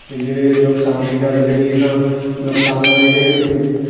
ਅਤੇ ਜੇ ਨੁਕਸਾਨ ਦੀ ਗੱਲ ਕਰੀਏ ਤਾਂ ਨੁਕਸਾਨ ਹੈ ਇਹਦੇ